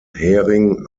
hering